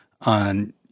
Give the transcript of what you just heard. on